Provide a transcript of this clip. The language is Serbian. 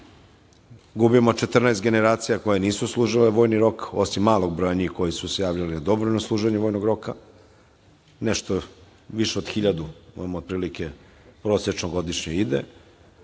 gubimo 14 generacija koje nisu služile vojni rok, osim malog broja njih koji su se javili na dobrovoljno služenje vojnog roka, nešto više od 1000, prosečno godišnje ide,